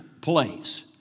place